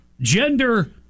gender